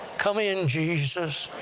come in, jesus!